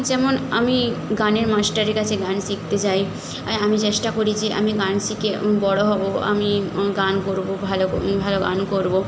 যেমন আমি গানের মাস্টারের কাছে গান শিখতে যাই আর আমি চেষ্টা করি যে আমি গান শিখে বড় হব আমি গান করব ভালো ভালো গান করব